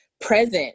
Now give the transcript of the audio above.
present